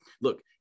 Look